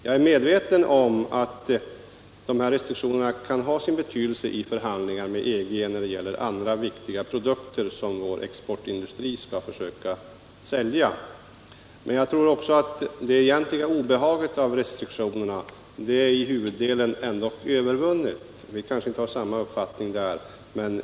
Jag är medveten om att de här restriktionerna kan ha sin betydelse i förhandlingar med EG när det gäller andra viktiga produkter som vår exportindustri skall försöka sälja, men jag tror att det egentliga obehaget av restriktionerna nu till större delen är övervunnet; vi kanske inte har samma uppfattning där.